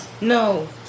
no